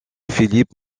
philippe